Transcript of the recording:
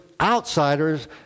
outsiders